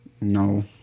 No